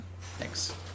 Thanks